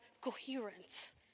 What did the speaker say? coherence